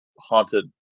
Haunted